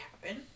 happen